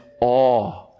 awe